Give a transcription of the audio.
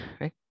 right